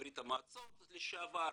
מי הוא עולה חדש מברית המועצות לשעבר,